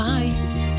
Bye